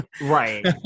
right